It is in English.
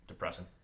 depressing